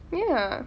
ya